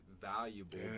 valuable